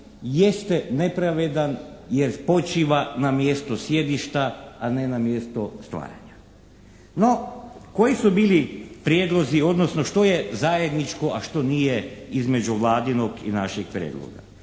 jeste nepravedan jer počiva na mjestu sjedišta, a ne na mjesto stvaranja. No, koji su bili prijedlozi, odnosno što je zajedničko, a što nije između Vladinog i našeg prijedloga?